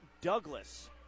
Douglas